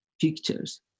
pictures